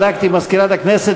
בדקתי עם מזכירת הכנסת,